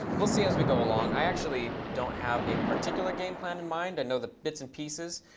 we'll see as we go along. i actually don't have a particular game plan in mind. i know the bits and pieces.